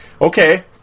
Okay